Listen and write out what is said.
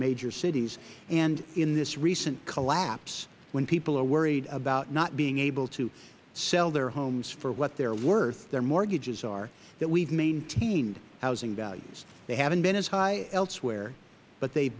major cities in this recent collapse when people are worried about not being able to sell their homes for what they are worth for what their mortgages are that we have maintained housing values they haven't been as high elsewhere but they